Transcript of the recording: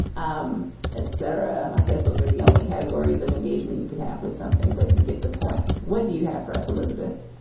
um etc. i guess those are the only categories of engagement you could have with something, but you get the point. what do you have for us, elizabeth?